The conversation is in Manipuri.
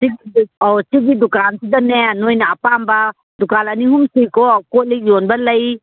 ꯑꯧ ꯁꯤꯒꯤ ꯗꯨꯀꯥꯟꯁꯤꯗꯅꯦ ꯅꯣꯏꯅ ꯑꯄꯥꯝꯕ ꯗꯨꯀꯥꯟ ꯑꯅꯤ ꯑꯍꯨꯝ ꯁꯨꯏꯀꯣ ꯀꯣꯜꯂꯤꯛ ꯌꯣꯟꯕ ꯂꯩ